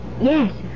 Yes